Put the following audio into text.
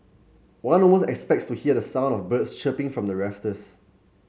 one almost expect to hear the sound of birds chirping from the rafters